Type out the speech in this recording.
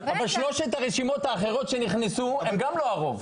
ושלושת הרשימות האחרונות שנכנסו הם גם לא הרוב.